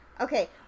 Okay